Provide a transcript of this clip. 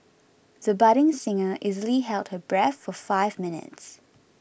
the budding singer easily held her breath for five minutes